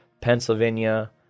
Pennsylvania